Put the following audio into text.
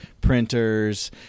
printers